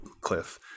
cliff